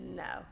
no